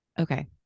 Okay